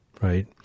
right